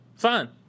Fine